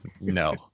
no